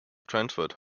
transferred